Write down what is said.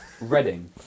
Reading